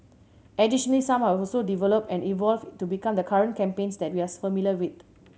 additionally some have also developed and evolved to become the current campaigns that we are familiar with